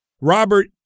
Robert